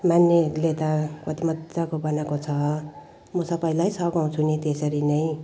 मान्नेहरूले त कति मजाको बनाएको छ म सबैलाई सघाउँछु नि त्यसरी नै